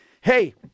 hey